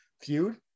feud